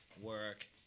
work